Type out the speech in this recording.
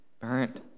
burnt